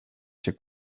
się